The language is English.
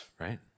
right